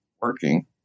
working